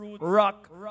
rock